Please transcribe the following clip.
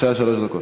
בבקשה, שלוש דקות.